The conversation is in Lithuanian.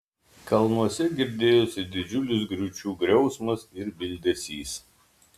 kalnuose girdėjosi didžiulis griūčių griausmas ir bildesys